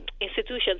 institutions